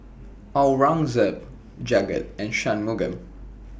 Aurangzeb Jagat and Shunmugam